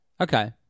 Okay